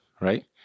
right